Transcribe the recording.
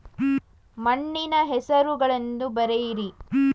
ಮಣ್ಣಿನ ಹೆಸರುಗಳನ್ನು ಬರೆಯಿರಿ